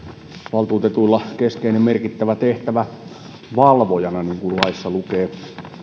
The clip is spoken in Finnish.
valtuutetuilla on keskeinen merkittävä tehtävä valvojana niin kuin laissa lukee